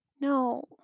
No